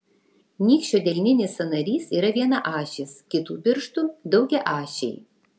nykščio delninis sąnarys yra vienaašis kitų pirštų daugiaašiai